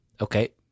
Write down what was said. Okay